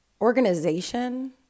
organization